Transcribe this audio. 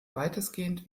weitestgehend